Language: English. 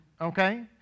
okay